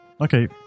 Okay